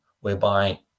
whereby